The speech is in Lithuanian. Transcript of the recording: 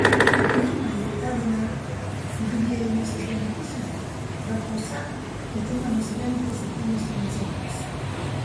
pirmąjį lnf jubiliejinio sezono pusmetį trakuose ketinama surengti septynis koncertus